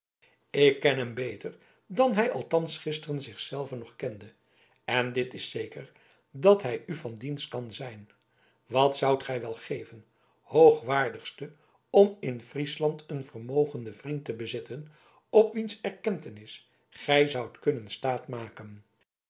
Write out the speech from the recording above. ik ken hem beter dan hij althans gisteren zich zelven nog kende en dit is zeker dat hij u van dienst kan zijn wat zoudt gij wel geven hoogwaardigste om in friesland een vermogenden vriend te bezitten op wiens erkentenis gij zoudt kunnen staat maken